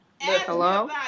hello